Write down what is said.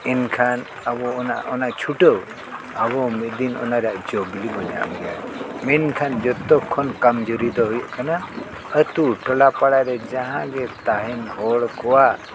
ᱮᱱᱠᱷᱟᱱ ᱟᱵᱚ ᱚᱱᱟ ᱪᱷᱩᱴᱟᱹᱣ ᱟᱵᱚ ᱢᱤᱫ ᱫᱤᱱ ᱚᱱᱟ ᱨᱮᱭᱟᱜ ᱡᱚ ᱵᱤᱞᱤ ᱵᱚᱱ ᱧᱟᱢ ᱜᱮᱭᱟ ᱢᱮᱱᱠᱷᱟᱱ ᱡᱚᱛᱚᱠᱷᱚᱱ ᱠᱚᱢᱡᱩᱨᱤ ᱫᱚ ᱦᱩᱭᱩᱜ ᱠᱟᱱᱟ ᱟᱛᱳ ᱴᱚᱞᱟ ᱯᱟᱲᱟᱨᱮ ᱡᱟᱦᱟᱸ ᱜᱮ ᱛᱟᱦᱮᱱ ᱦᱚᱲ ᱠᱚᱣᱟᱜ